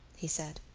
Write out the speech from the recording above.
he said.